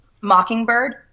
Mockingbird